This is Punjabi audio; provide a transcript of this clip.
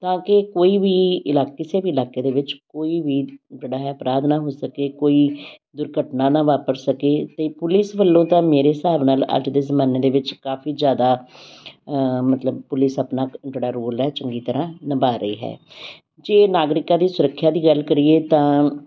ਤਾਂ ਕੇ ਕੋਈ ਵੀ ਇਲਾ ਕਿਸੇ ਵੀ ਇਲਾਕੇ ਦੇ ਵਿੱਚ ਕੋਈ ਵੀ ਜਿਹੜਾ ਹੈ ਅਪਰਾਧ ਨਾ ਹੋ ਸਕੇ ਕੋਈ ਦੁਰਘਟਨਾ ਨਾ ਵਾਪਰ ਸਕੇ ਅਤੇ ਪੁਲਿਸ ਵੱਲੋਂ ਤਾਂ ਮੇਰੇ ਹਿਸਾਬ ਨਾਲ ਅੱਜ ਦੇ ਜ਼ਮਾਨੇ ਦੇ ਵਿੱਚ ਕਾਫ਼ੀ ਜ਼ਿਆਦਾ ਮਤਲਬ ਪੁਲਿਸ ਆਪਣਾ ਜਿਹੜਾ ਰੋਲ ਹੈ ਚੰਗੀ ਤਰ੍ਹਾਂ ਨਿਭਾ ਰਹੀ ਹੈ ਜੇ ਨਾਗਰਿਕਾਂ ਦੀ ਸੁਰੱਖਿਆ ਦੀ ਗੱਲ ਕਰੀਏ ਤਾਂ